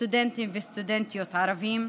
לסטודנטים וסטודנטיות ערבים.